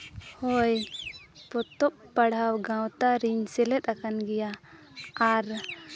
ᱦᱳᱭ ᱯᱚᱛᱚᱵ ᱯᱟᱲᱦᱟᱣ ᱜᱟᱶᱛᱟ ᱨᱮᱧ ᱥᱮᱞᱮᱫ ᱟᱠᱟᱱ ᱜᱮᱭᱟ ᱟᱨ